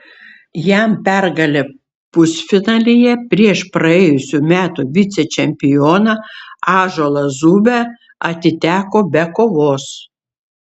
jam pergalė pusfinalyje prieš praėjusių metų vicečempioną ąžuolą zubę atiteko be kovos